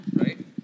right